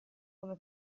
come